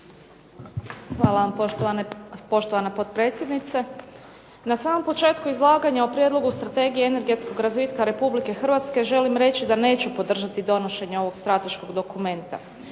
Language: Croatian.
Hvala. Poštovana potpredsjednice. Na samom početku izlaganja o Prijedlogu strategije energetskog razvitka Republike Hrvatske želim reći da neću podržati donošenje ovog strateškog dokumenta.